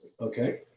Okay